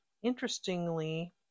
Interestingly